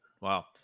Wow